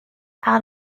out